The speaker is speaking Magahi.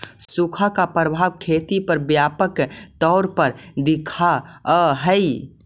सुखा का प्रभाव खेती पर व्यापक तौर पर दिखअ हई